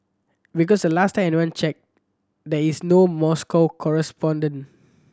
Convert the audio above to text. because the last time anyone checked there is no Moscow correspondent